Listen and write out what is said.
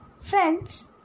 Friends